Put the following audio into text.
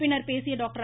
பின்னர் பேசிய டாக்டர்